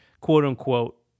quote-unquote